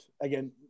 again